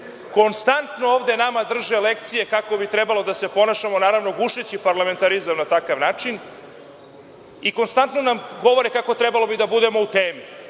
konstantno ovde nama drži lekcije kako bi trebalo da se ponašamo, naravno, gušeći parlamentarizam na takav način i konstantno nam govore kako bi trebalo da budemo u temi.